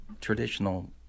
traditional